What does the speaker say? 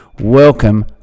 Welcome